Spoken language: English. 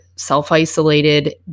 self-isolated